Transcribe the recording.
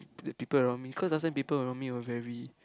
the people around me cause last time people around me were very